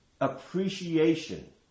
appreciation